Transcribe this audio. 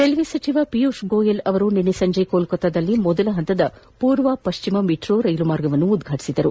railway ಸಚಿವ ಪಿಯೂಷ್ ಗೋಯಲ್ ಅವರು ನಿನ್ನೆ ಸಂಜೆ ಕೊಲ್ಕತ್ತಾದಲ್ಲಿ ಮೊದಲ ಹಂತದ ಪೂರ್ವ ಪಶ್ಚಿಮ ಮೆಟ್ರೋ ರೈಲು ಮಾರ್ಗ ಉದ್ಘಾಟಿಸಿದರು